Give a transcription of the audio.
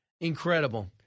Incredible